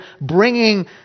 bringing